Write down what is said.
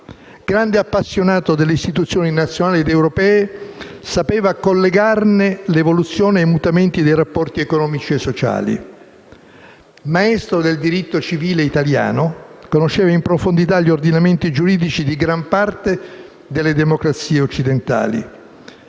Grande appassionato delle istituzioni nazionali ed europee, sapeva collegarne l'evoluzione ai mutamenti nei rapporti economici e sociali. Maestro del diritto civile italiano conosceva in profondità gli ordinamenti giuridici di gran parte delle democrazie occidentali.